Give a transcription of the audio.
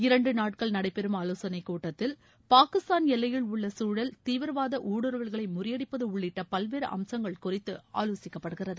இரண்டு நாட்கள் நடைபெறும் ஆலோசனை கூட்டத்தில் பாகிஸ்தான் எல்லையில் உள்ள குழல் தீவிரவாத ஊடுருவல்களை முறியடிப்பது உள்ளிட்ட பல்வேறு அம்சங்கள் குறித்து ஆலோசிக்கப்படுகிறது